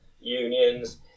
unions